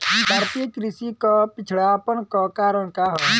भारतीय कृषि क पिछड़ापन क कारण का ह?